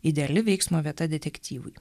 ideali veiksmo vieta detektyvui